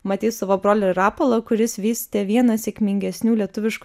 matyt savo brolį rapolą kuris vystė vieną sėkmingesnių lietuviškų